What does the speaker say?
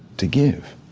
to give.